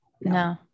No